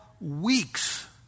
weeks